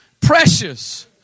precious